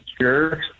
sure